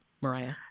Mariah